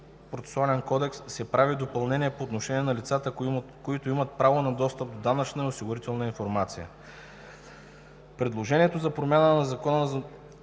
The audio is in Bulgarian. Предложението за промяна на Закона за